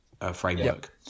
framework